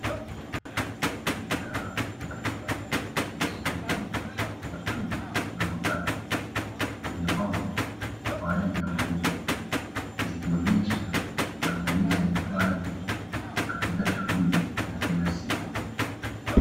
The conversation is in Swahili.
Bidhaa mbalimbali zilizotengenezwa kwa chuma na mabati, zimepambwa kwa ajili ya mauzo, zikionyesha matumizi ya vifaa hivyo katika shughuli za kila siku.